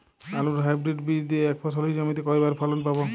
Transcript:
আলুর হাইব্রিড বীজ দিয়ে এক ফসলী জমিতে কয়বার ফলন পাব?